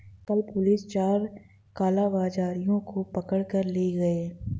कल पुलिस चार कालाबाजारियों को पकड़ कर ले गए